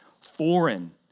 foreign